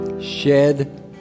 shed